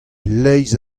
leizh